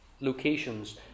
locations